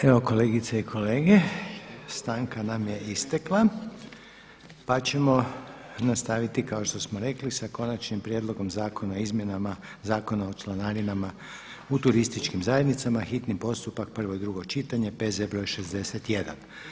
Evo kolegice i kolege, stanka nam je istakla pa ćemo nastaviti kao što smo rekli sa: - Konačnim prijedlogom Zakona o izmjenama Zakona o članarinama u turističkim zajednicama, hitni postupak, prvo i drugo čitanje, P.Z. broj 61.